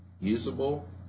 usable